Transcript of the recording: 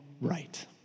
right